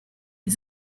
his